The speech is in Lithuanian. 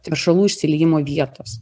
teršalų išsiliejimo vietos